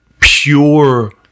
pure